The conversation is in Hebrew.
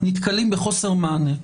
נתקלים בחוסר מענה.